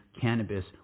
cannabis